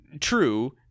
True